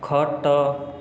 ଖଟ